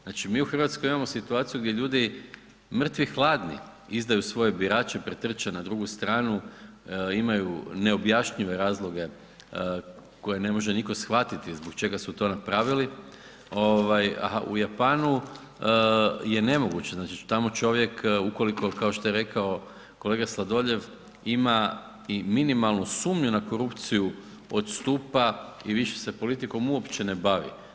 Znači mi u Hrvatskoj imamo situaciju gdje ljudi mrtvi hladni izdaju svoje birače, pretrče na drugu stranu, imaju neobjašnjive razloge koje ne može nitko shvatiti zbog čega su to napravili, a u Japanu je nemoguće, znači tamo čovjek, ukoliko, kao što je rekao kolega Sladoljev ima i minimalnu sumnju na korupciju odstupa i više se politikom uopće ne bavi.